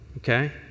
Okay